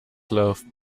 love